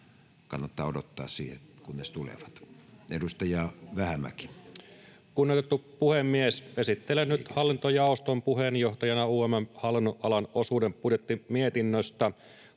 kannattaa odottaa siihen, kunnes he tulevat. — Edustaja Vähämäki. Kunnioitettu puhemies! Esittelen nyt hallintojaoston puheenjohtajana UM:n hallinnonalan osuuden budjettimietinnöstä,